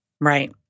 Right